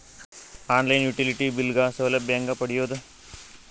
On line utility bill ಗ ಸೌಲಭ್ಯ ಹೇಂಗ ಪಡೆಯೋದು?